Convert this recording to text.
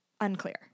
Unclear